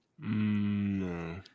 No